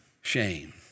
shame